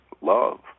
Love